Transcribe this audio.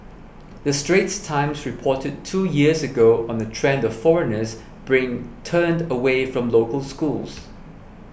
the Straits Times reported two years ago on the trend of foreigners bring turned away from local schools